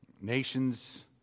Nations